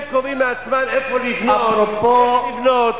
הם קובעים לעצמם איפה לבנות ואיך לבנות,